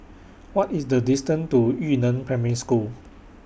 What IS The distance to Yu Neng Primary School